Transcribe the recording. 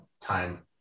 time